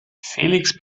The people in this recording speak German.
felix